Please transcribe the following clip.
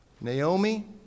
Naomi